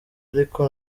ariko